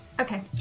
Okay